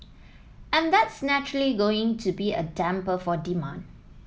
and that's naturally going to be a damper for demand